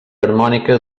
harmònica